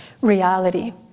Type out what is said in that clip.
reality